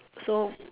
so